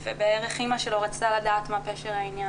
ובערך אמא שלו רצתה לדעת מה פשר העניין.